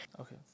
okay